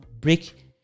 break